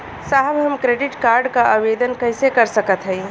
साहब हम credit card क आवेदन कइसे कर सकत हई?